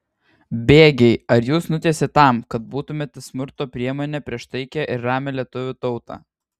bėgiai ar jus nutiesė tam kad būtumėte smurto priemonė prieš taikią ir ramią lietuvių tautą